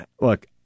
look